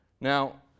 Now